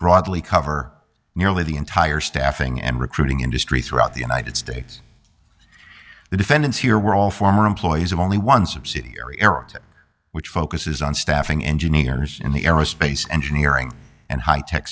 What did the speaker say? broadly cover nearly the entire staffing and recruiting industry throughout the united states the defendants here were all former employees of only one subsidiary errata which focuses on staffing engineers in the aerospace engineering and high tech